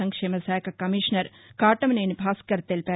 సంక్షేమ శాఖ కమిషనర్ కాటమనేని భాస్కర్ తెలిపారు